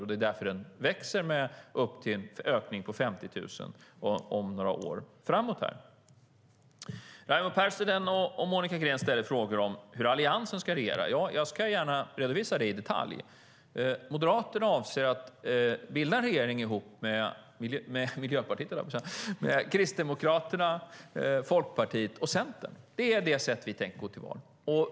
Det är också därför den växer med en ökning på upp till 50 000 några år framåt. Raimo Pärssinen och Monica Green ställer frågor om hur Alliansen ska regera. Jag ska gärna redovisa det i detalj. Moderaterna avser att bilda regering ihop med Kristdemokraterna, Folkpartiet och Centern. Det är det sätt vi tänker gå till val på.